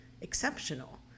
exceptional